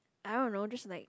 I don't know just like